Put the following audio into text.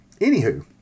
Anywho